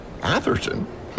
Atherton